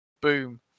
boom